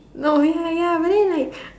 no ya ya but then like